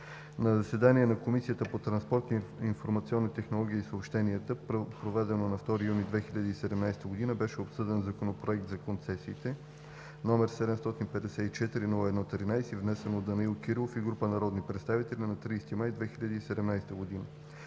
На заседание на Комисията по транспорт, информационни технологии и съобщения, проведено на 2 юни 2017 г., беше обсъден Законопроект за концесиите, № 754-01-13, внесен от Данаил Кирилов и група народни представители на 30 май 2017 г.